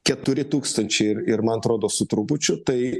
keturi tūkstančiai ir ir man atrodo su trupučiu tai